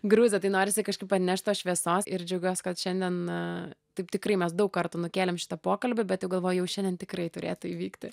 gruze tai norisi kažkaip atnešt tos šviesos ir džiaugiuosi kad šiandien taip tikrai mes daug kartų nukėlėm šitą pokalbį bet jau galvoju jau šiandien tikrai turėtų įvykti